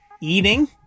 eating